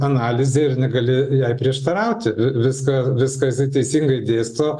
analizė ir negali jai prieštarauti viską viską teisingai dėsto